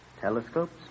Telescopes